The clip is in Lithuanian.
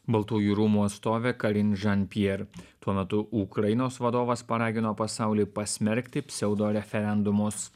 baltųjų rūmų atstovė karin žan pierre tuo metu ukrainos vadovas paragino pasaulį pasmerkti pseudo referendumus